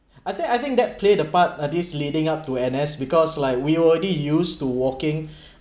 I think I think that play the part uh this leading up to N_S because like we were already used to walking